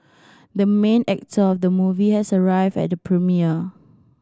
the main actor of the movie has arrived at the premiere